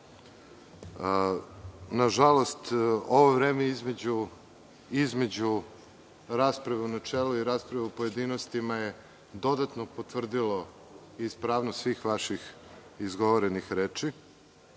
na žalost, ovo vreme između rasprave u načelu i rasprave u pojedinostima je dodatno potvrdilo ispravnost svih vaših izgovorenih reči.